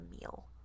meal